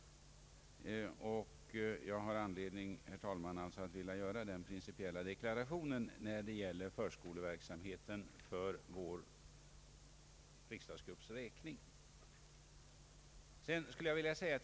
Jag har anledning, herr talman, att göra den principiella deklarationen för vår riksdagsgrupps räkning när det gäller förskoleverksamheten.